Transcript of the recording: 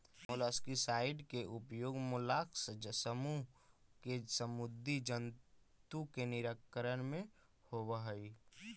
molluscicide के उपयोग mollusc समूह के समुदी जन्तु के निराकरण में होवऽ हई